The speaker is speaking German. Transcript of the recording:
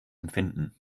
empfinden